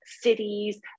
cities